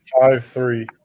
Five-three